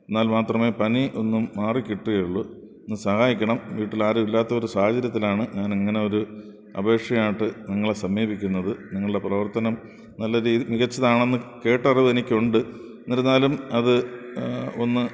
എന്നാൽ മാത്രമേ പനി ഒന്നു മാറിക്കിട്ടുകയുള്ളൂ ഒന്ന് സഹായിക്കണം വീട്ടിൽ ആരും ഇല്ലാത്ത ഒരു സാഹചര്യത്തിലാണ് ഞാൻ ഇങ്ങനെ ഒരു അപേക്ഷയായിട്ട് നിങ്ങളെ സമീപിക്കുന്നത് നിങ്ങളുടെ പ്രവർത്തനം നല്ല രീതി മികച്ചതാണെന്ന് കേട്ടറിവ് എനിക്കുണ്ട് എന്നിരുന്നാലും അത് ഒന്ന്